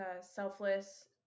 selfless